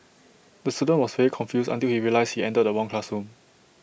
the student was very confused until he realised he entered the wrong classroom